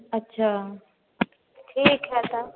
अच्छा ठीक है तब